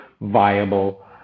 viable